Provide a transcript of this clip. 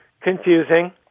Confusing